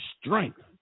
strength